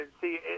See